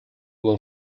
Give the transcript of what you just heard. will